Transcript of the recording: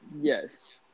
Yes